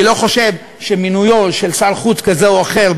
אני לא חושב שמינויו של שר חוץ כזה או אחר,